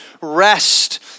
rest